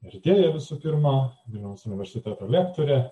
vertėja visų pirma vilniaus universiteto lektorė